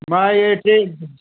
मां इहे चई